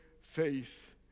faith